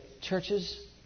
churches